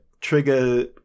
Trigger